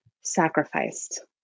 sacrificed